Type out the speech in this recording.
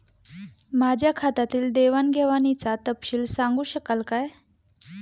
माझ्या खात्यातील देवाणघेवाणीचा तपशील सांगू शकाल काय?